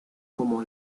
como